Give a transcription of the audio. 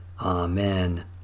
Amen